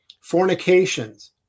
fornications